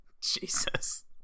Jesus